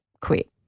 quit